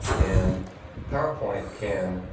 and powerpoint can